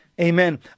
Amen